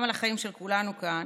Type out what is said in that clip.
גם על החיים של כולנו כאן,